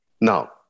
Now